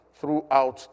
throughout